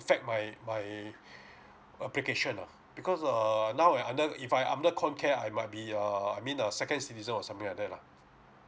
affect my my application ah because uh now I under if I under comcare I might be uh I mean a second citizen or something like that lah